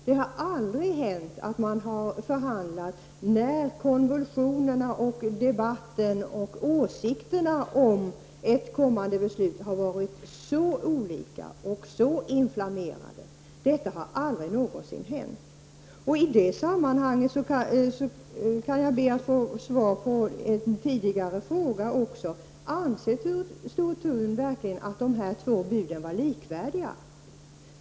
Det har aldrig någonsin hänt att man har förhandlat när det varit sådana konvulsioner, när åsikterna om ett kommande beslut har varit så olika och debatten så inflammerad. I det sammanhanget ber jag att få svar också på en tidigare ställd fråga: Anser Sture Thun verkligen att dessa två bud var likvärdiga?